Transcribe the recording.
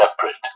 separate